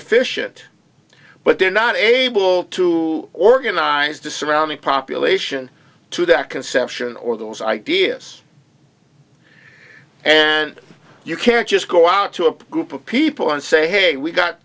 efficient but they're not able to organize to surround the population to that conception or those ideas and you can't just go out to a group of people and say hey we've got